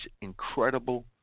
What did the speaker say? incredible